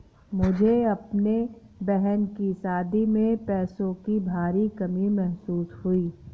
मुझे अपने बहन की शादी में पैसों की भारी कमी महसूस हुई